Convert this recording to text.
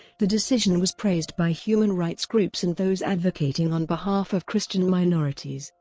the decision was praised by human rights groups and those advocating on behalf of christian minorities,